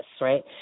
right